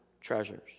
treasures